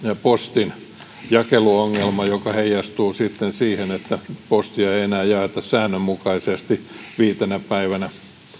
postin jakeluongelma joka heijastuu sitten siihen että postia ei enää jaeta säännönmukaisesti viitenä päivänä